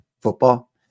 football